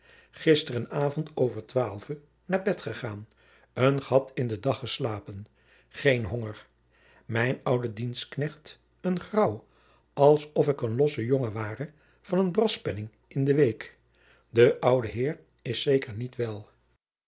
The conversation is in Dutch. avond over twaalve naar bed gegaan een gat in den dag geslapen geen honger mij ouden dienstknecht een graauw als of ik een losse jongen ware van een braspenning in de week de oude heer is zeker niet wel